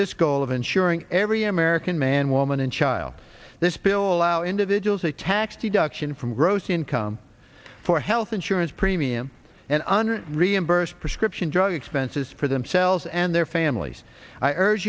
this goal of ensuring every american man woman and child the spill allow individuals a tax deduction from gross income for health insurance premiums and under reimburse prescription drug expenses for themselves and their families i urge